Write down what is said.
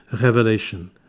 revelation